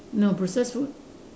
no processed food